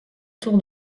tour